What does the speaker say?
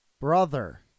brother